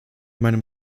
meinem